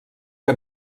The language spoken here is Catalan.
que